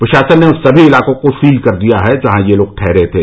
प्रशासन ने उन सभी इलाकों को सील कर दिया है जहां ये लोग ठहरे थे